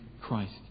Christ